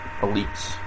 elites